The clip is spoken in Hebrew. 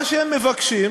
מה שהם מבקשים,